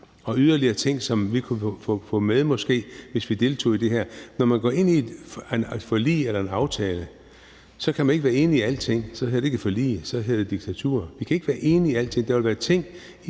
og yderligere ting, som vi måske kunne få med, hvis vi deltog i det her. Når man går ind i et forlig eller en aftale, kan man ikke være enig i alle ting. Så hedder det ikke et forlig, men så hedder det diktatur. Vi kan ikke være enige i alting.